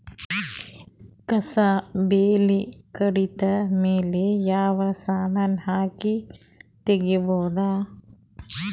ಕಸಾ ಬೇಲಿ ಕಡಿತ ಮೇಲೆ ಯಾವ ಸಮಾನ ಹಾಕಿ ತಗಿಬೊದ?